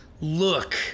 Look